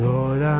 Lord